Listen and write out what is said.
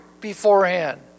beforehand